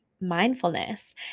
mindfulness